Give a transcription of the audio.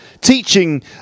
teaching